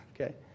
Okay